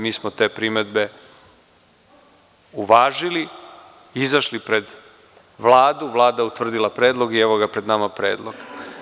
Mi smo te primedbe uvažili, izašli Vladu, Vlada utvrdila predlog i evo ga pred nama predlog.